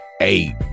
Eight